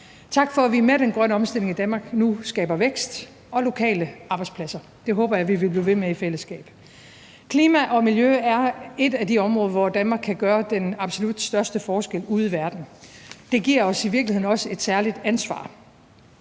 Tak for, at vi med den grønne omstilling i Danmark nu skaber vækst og lokale arbejdspladser. Det håber jeg at vi vil blive ved med i fællesskab. Klimaet og miljøet er et af de områder, hvor Danmark kan gøre den absolut største forskel ude i verden, og det giver os i virkeligheden også et særligt ansvar